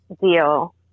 deal